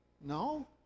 no